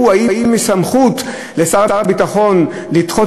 שהוא: האם יש סמכות לשר הביטחון לדחות